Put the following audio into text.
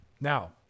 now